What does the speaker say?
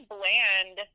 Bland